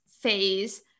phase